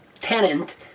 tenant